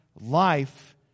life